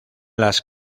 las